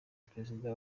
perezida